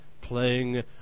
playing